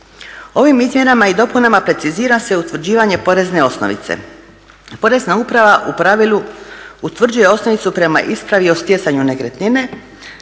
Ovim izmjenama i dopunama precizira se utvrđivanje porezne osnovice. Porezna uprava u pravilu utvrđuje osnovicu prema ispravi o stjecanju nekretnine,